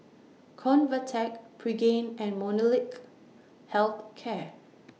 Convatec Pregain and Molnylcke Health Care